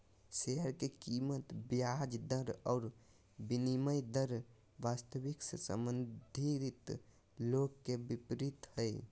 share के कीमत ब्याज दर और विनिमय दर वास्तविक से संबंधित लोग के विपरीत हइ